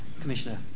Commissioner